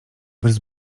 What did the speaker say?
bez